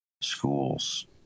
schools